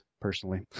personally